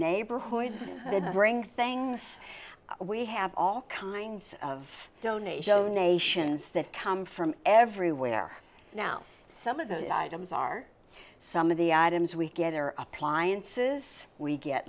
neighborhood bring things we have all kinds of donation nations that come from everywhere now some of those items are some of the items we get their appliances we get